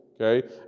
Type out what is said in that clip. okay